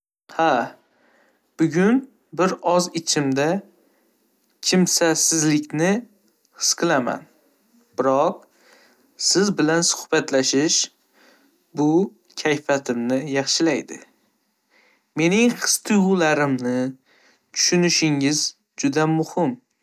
Ha, bugun bir oz ichimda kimsasizlikni his qilaman. Biroq, siz bilan suhbatlashish bu kayfiyatimni yaxshilaydi. Mening his-tuyg'ularimni tushunishingiz juda muhim.